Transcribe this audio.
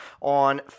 on